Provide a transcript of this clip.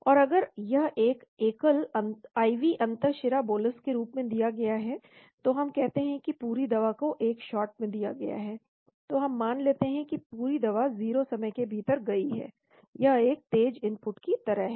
और अगर यह एक एकल IV अंतःशिरा बोलस के रूप में दिया गया है तो हम कहते हैं कि पूरी दवा को एक शॉट में दिया गया है तो हम मान लेते हैं कि पूरी दवा 0 समय के भीतर गई है यह एक तेज इनपुट की तरह है